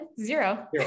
Zero